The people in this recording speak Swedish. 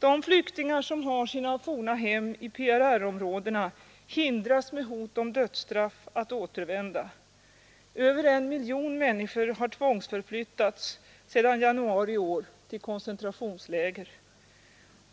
De flyktingar som har sina forna hem i PRR-områdena hindras med hot om dödsstraff att återvända. Över en miljon människor har tvångsförflyttats sedan januari i år till koncentrationsläger.